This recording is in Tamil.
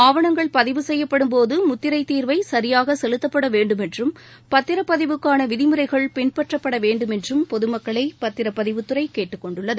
ஆவணங்கள் பதிவு செய்யப்படும்போது முத்திரைத் தீர்வை சரியாக செலுத்தப்பட வேண்டும் என்றும் பத்திரப்பதிவுக்கான விதிமுறைகள் பின்பற்றப்பட வேண்டும் என்றும் பொதுமக்களை பத்திரப்பதிவுத்துறை கேட்டுக்கொண்டுள்ளது